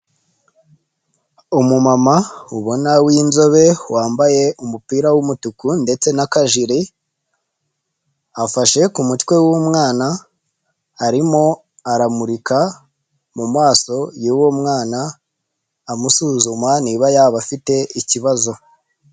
Umu mama ubona w'inzobe wambaye umupira w'umutuku ndetse na kajire afashe ku mutwe w'umwana arimo aramurika mumaso y'uwo mwana amusuzuma niba yaba afite ikibazo.